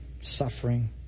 suffering